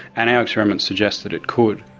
and our experiments suggest that it could.